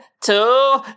two